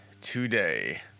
today